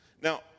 Now